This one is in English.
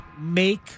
make